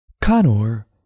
Conor